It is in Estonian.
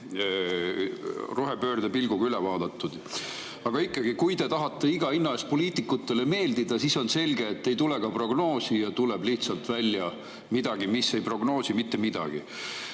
rohepöördepilguga üle vaadatud. Aga kui te tahate iga hinna eest poliitikutele meeldida, siis on selge, et ei tule prognoosi, tuleb lihtsalt välja midagi, mis ei prognoosi mitte midagi.